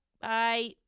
Bye